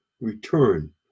return